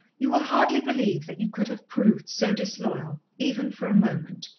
you will hardly believe that you could have proved so disloyal, even for a moment.